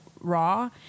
raw